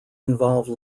involve